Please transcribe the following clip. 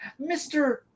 Mr